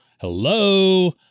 hello